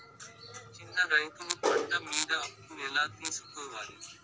చిన్న రైతులు పంట మీద అప్పు ఎలా తీసుకోవాలి?